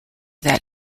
that